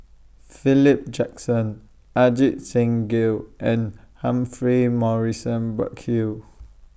Philip Jackson Ajit Singh Gill and Humphrey Morrison Burkill